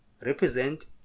represent